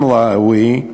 רמאווי,